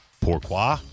Pourquoi